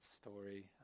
story